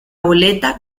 boleta